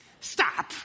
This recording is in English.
Stop